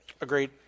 agreed